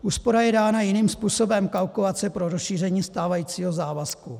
Úspora je dána jiným způsobem kalkulace pro rozšíření stávajícího závazku.